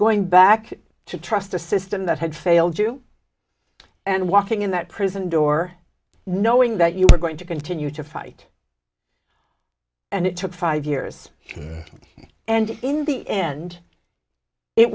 going back to trust the system that had failed you and walking in that prison door knowing that you were going to continue to fight and it took five years and in the end it